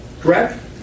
Correct